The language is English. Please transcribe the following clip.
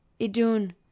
Idun